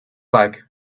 like